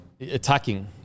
Attacking